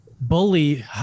bully